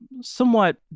somewhat